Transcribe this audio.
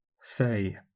say